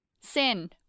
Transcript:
Sin